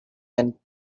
and